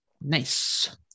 Nice